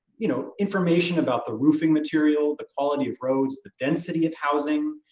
you know information about the roofing material, the quality of roads, the density of housing,